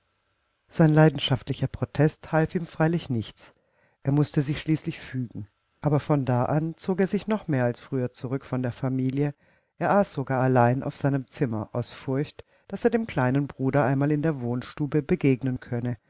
sein leidenschaftlicher protest half ihm freilich nichts er mußte sich schließlich fügen aber von da an zog er sich noch mehr als früher zurück von der familie er aß sogar allein auf seinem zimmer aus furcht daß er dem kleinen bruder einmal in der wohnstube begegnen könne